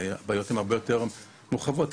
הבעיות יותר מורחבות ומורכבות.